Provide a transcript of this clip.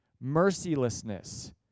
mercilessness